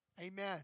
Amen